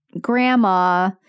grandma